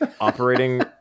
operating